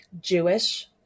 Jewish